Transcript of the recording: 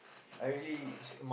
I really uh